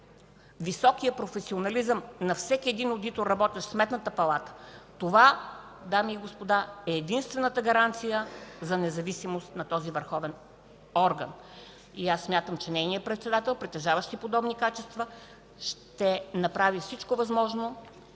високият професионализъм на всеки одитор, работещ в Сметната палата – това, дами и господа, е единствената гаранция за независимост на този върховен орган. Смятам, че нейният председател, притежаващ подобни качества, ще направи всичко възможно